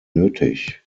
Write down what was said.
nötig